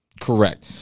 Correct